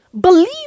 believe